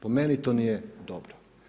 Po meni to nije dobro.